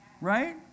Right